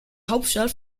hauptstadt